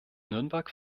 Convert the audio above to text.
nürnberg